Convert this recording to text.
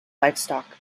livestock